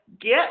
get